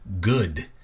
good